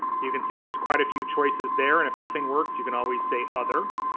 you can see there's quite a few choices there and if nothing works, you can always say other.